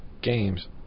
Games